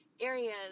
areas